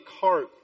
cart